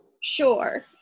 sure